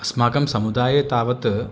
अस्माकं समुदाये तावत्